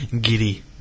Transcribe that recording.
giddy